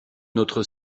notre